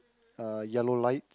uh yellow lights